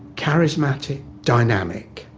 charismatic, dynamic,